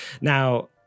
now